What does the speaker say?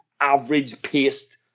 average-paced